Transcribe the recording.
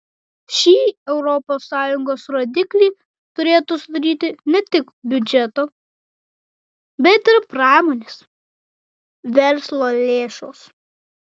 šį europos sąjungos rodiklį turėtų sudaryti ne tik biudžeto bet ir pramonės verslo lėšos